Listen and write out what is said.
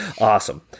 Awesome